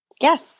Yes